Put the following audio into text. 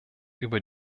über